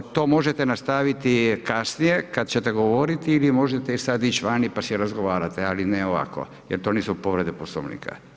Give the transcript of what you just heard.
To možete nastaviti kasnije kad ćete govoriti ili možete i sad ići vani pa se razgovarati, ali ne ovako jer to nisu povrede Poslovnika.